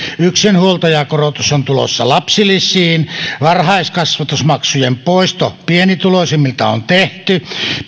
yksinhuoltajakorotus on tulossa lapsilisiin varhaiskasvatusmaksujen poisto pienituloisimmilta on tehty